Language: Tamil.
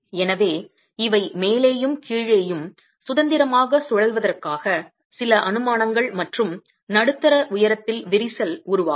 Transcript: எனவே இவை மேலேயும் கீழேயும் சுதந்திரமாகச் சுழல்வதற்காக சில அனுமானங்கள் மற்றும் நடுத்தர உயரத்தில் விரிசல் உருவாகும்